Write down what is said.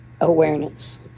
Awareness